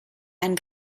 ein